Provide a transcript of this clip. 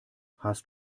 hast